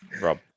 Rob